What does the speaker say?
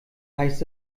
heißt